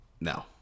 no